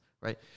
Right